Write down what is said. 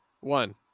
one